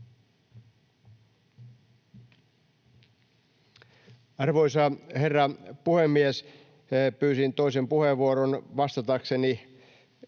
Arvoisa herra puhemies! Pyysin toisen puheenvuoron vastatakseni